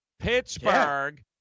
Pittsburgh